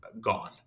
gone